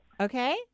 Okay